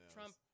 Trump